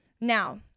now